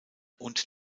und